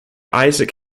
isaac